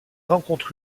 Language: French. rencontre